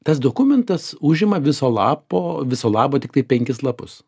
tas dokumentas užima viso lapo viso labo tiktai penkis lapus